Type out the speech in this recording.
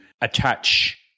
attach